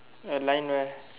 a line where